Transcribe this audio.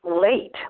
late